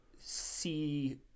see